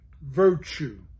virtue